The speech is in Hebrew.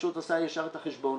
הרשות עושה ישר את החשבון.